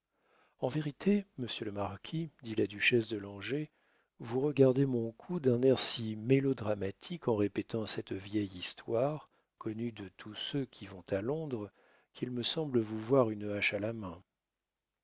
en vérité monsieur le marquis dit la duchesse de langeais vous regardez mon cou d'un air si mélodramatique en répétant cette vieille histoire connue de tous ceux qui vont à londres qu'il me semble vous voir une hache à la main